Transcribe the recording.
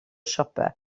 siopau